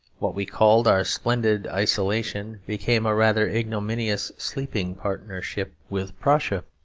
what we called our splendid isolation became a rather ignominious sleeping-partnership with prussia.